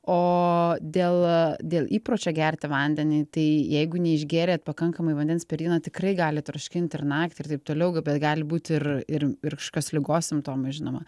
o dėl dėl įpročio gerti vandenį tai jeigu neišgėrėt pakankamai vandens per dieną tikrai gali troškint ir naktį ir taip toliau bet gali būt ir ir ir kažkokios ligos simptomas žinoma